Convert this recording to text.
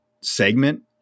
segment